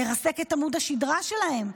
לרסק את עמוד השדרה שלהם,